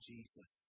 Jesus